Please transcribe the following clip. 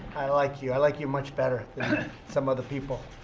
i like you. i like you much better than some other people.